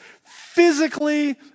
physically